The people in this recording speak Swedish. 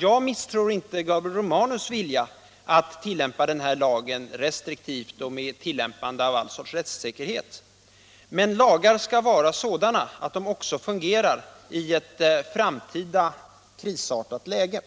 Jag misstror inte Gabriel Romanus vilja att tillämpa terroristlagen restriktivt och med iakttagande av all sorts rättsäkerhet, men lagar skall vara sådana att de också fungerar i ett framtida krisartat läge